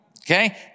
okay